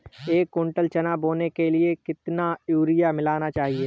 एक कुंटल चना बोने के लिए कितना यूरिया मिलाना चाहिये?